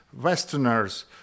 Westerners